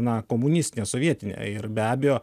na komunistinė sovietinė ir be abejo